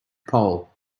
pole